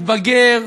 מתבגר,